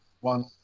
one